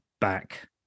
back